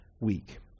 week